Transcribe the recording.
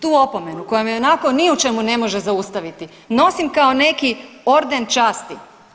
Tu opomenu koja me ionako ni u čemu ne može zaustaviti nosim kao neki orden časti.